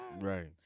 right